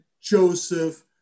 Joseph